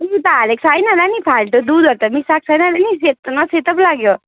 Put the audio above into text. त हालेको छैन होला नि फाल्टो दुधहरू त मिसाएको छैन होला नि सेतो न सेतो पो लाग्यो